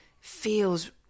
feels